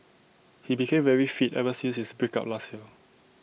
he became very fit ever since his break up last year